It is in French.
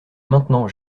maintenant